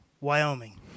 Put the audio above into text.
Wyoming